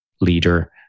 leader